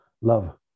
Love